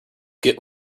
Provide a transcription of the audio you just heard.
git